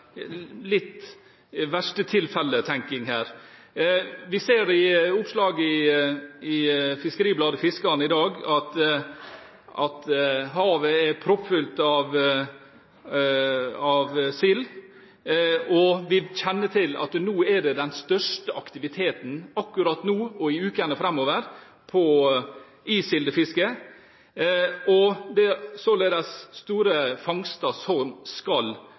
litt «i verste tilfelle»-tenking her. Vi ser av oppslag i FiskeribladetFiskaren i dag at havet er proppfullt av sild, og vi kjenner til at den største aktiviteten i sildefisket er akkurat nå og i ukene framover. Det er således store fangster som skal